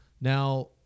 Now